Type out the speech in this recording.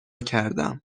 کردم